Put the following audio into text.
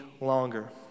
longer